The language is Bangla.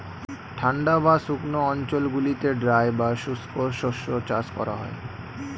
ঠান্ডা বা শুকনো অঞ্চলগুলিতে ড্রাই বা শুষ্ক শস্য চাষ করা হয়